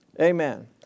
Amen